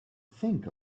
think